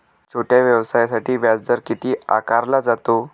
छोट्या व्यवसायासाठी व्याजदर किती आकारला जातो?